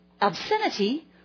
obscenity